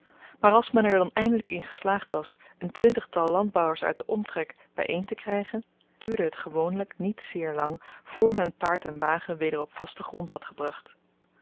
streken maar als men er dan eindelyk in geslaagd was een twintigtal landbouwers uit den omtrek by een te krygen duurde het gewoonlyk niet zeer lang voor men paard en wagen weder op vasten grond had gebracht